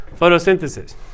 photosynthesis